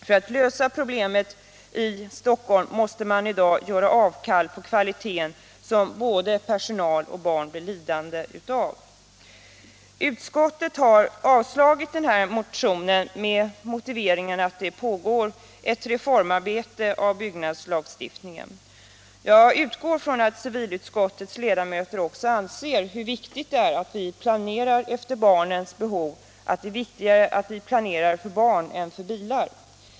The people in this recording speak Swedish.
För att kunna lösa problemet i Stockholm måste man i dag göra avkall på kvaliteten, något som både personal och barn blir lidande av. Utskottet har avstyrkt den här motionen med motiveringen att det pågår ett arbete med reformering av byggnadslagstiftningen. Jag utgår från att civilutskottets ledamöter inser hur viktigt det är att vi planerar efter barnens behov och att det är viktigare att vi planerar för barn än för bilar.